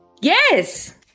Yes